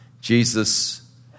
Jesus